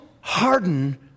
harden